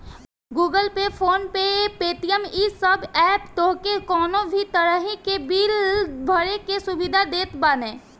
Google Pay, PhonePe, Paytm इ सब app तोहके कवनो भी तरही के बिल भरे के सुविधा देत बाने